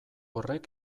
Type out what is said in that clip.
horrek